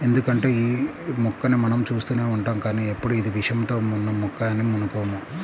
ఎందుకంటే యీ మొక్కని మనం చూస్తూనే ఉంటాం కానీ ఎప్పుడూ ఇది విషంతో ఉన్న మొక్క అని అనుకోము